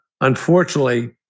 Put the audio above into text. unfortunately